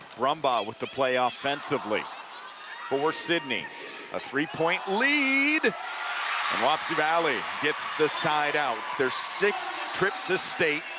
brumbaugh with the play ah offensively for sidney a three-point lead and wapsie valley gets the sideout their sixth trip to state,